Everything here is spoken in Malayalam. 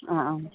ആ ആ